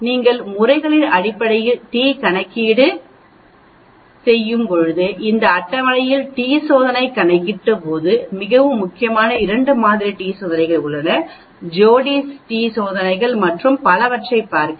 நீங்கள் முறைகளின் அடிப்படையில் டி கணக்கீடு செய்யும் போது இந்த அட்டவணையில் டி சோதனை கணக்கிட்டு போது மிகவும் முக்கியமானது 2 மாதிரி டி சோதனை ஜோடி டி சோதனைகள் மற்றும் பலவற்றைப் பார்க்க